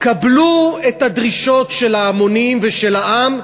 קבלו את הדרישות של ההמונים ושל העם,